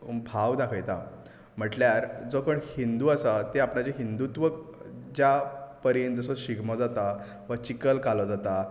भाव दाखयता म्हणल्यार जो कोण हिंदू आसा तो आपणाचे हिंदूत्व ज्या परयेन जसो शिगमो जाता वा चिखल कालो जाता